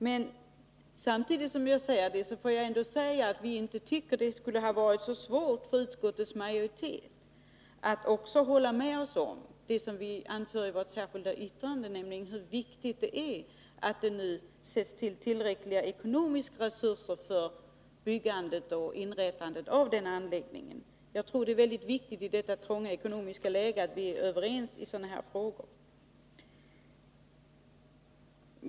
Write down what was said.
Men samtidigt som jag säger det vill jag ändå säga att vi inte tycker att det skulle ha varit så svårt för utskottets majoritet att också hålla med oss om det som vi anför i vårt särskilda yttrande, nämligen att det är viktigt att det nu sätts in tillräckliga ekonomiska resurser för byggandet och inrättandet av anläggningen. I detta trånga ekonomiska läge tror jag det är viktigt att vi är överens i sådana här frågor.